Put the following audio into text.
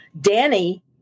Danny